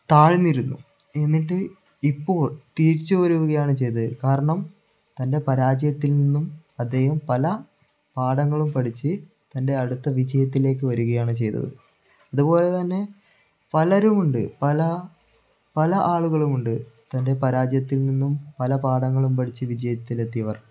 താഴ്ന്നിരുന്നു എന്നിട്ട് ഇപ്പോൾ തിരിച്ച് വരുകയാണ് ചെയ്തത് കാരണം തൻ്റെ പരാജയത്തിൽ നിന്നും അദ്ദേഹം പല പാഠങ്ങളും പഠിച്ച് തൻ്റെ അടുത്ത വിജയത്തിലേക്ക് വരികയാണ് ചെയ്തത് അതുപോലെ തന്നെ പലരുമുണ്ട് പല പല ആളുകളുമുണ്ട് തൻ്റെ പരാജയത്തിൽ നിന്നും പല പാഠങ്ങളും പഠിച്ച് വിജയത്തിലെത്തിയവർ